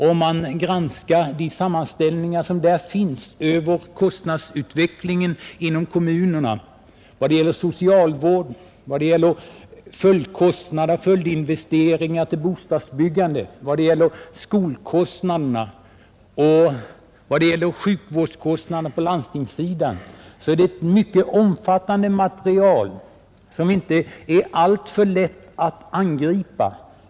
Om man granskar de sammanställningar som där finns över kostnadsutvecklingen inom kommunerna beträffande socialvården, följdinvesteringar till bostadsbyggandet, skolkostnaderna och sjukvårdskostnaderna på landstingssidan finner man ett mycket omfattande material, som inte är alltför lätt att angripa.